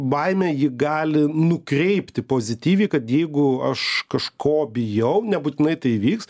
baimė ji gali nukreipti pozityviai kad jeigu aš kažko bijau nebūtinai tai įvyks